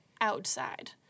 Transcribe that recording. outside